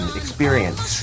experience